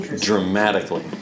dramatically